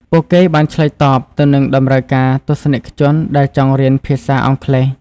ពួកគេបានឆ្លើយតបទៅនឹងតម្រូវការទស្សនិកជនដែលចង់រៀនភាសាអង់គ្លេស។